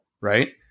right